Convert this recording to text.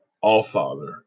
all-father